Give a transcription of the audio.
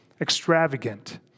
extravagant